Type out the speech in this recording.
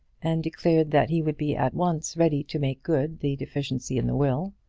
and declared that he would be at once ready to make good the deficiency in the will.